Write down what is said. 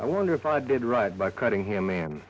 i wonder if i did right by cutting here man